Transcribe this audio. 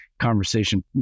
conversation